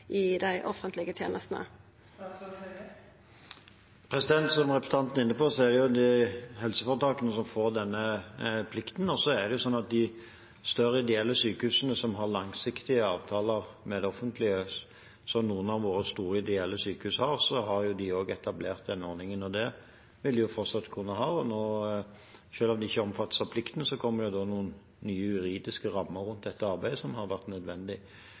Som representanten er inne på, er det helseforetakene som får denne plikten. Ved de større ideelle sykehusene som har langsiktige avtaler med det offentlige, som noen av våre store ideelle sykehus har, har de også etablert denne ordningen. Det vil de fortsatt kunne ha. Selv om de ikke omfattes av plikten, kommer det noen nye juridiske rammer rundt dette arbeidet, som har vært nødvendig.